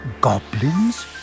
Goblins